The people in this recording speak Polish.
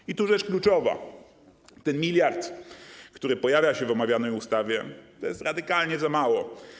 I tu rzecz kluczowa, ten miliard, który pojawia się w omawianej ustawie, to wielkość radykalnie za mała.